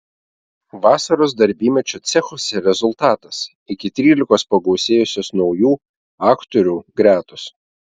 vasaros darbymečio cechuose rezultatas iki trylikos pagausėjusios naujų aktorių gretos